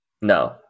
No